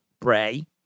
Bray